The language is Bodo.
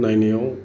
नायनायाव